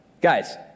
Guys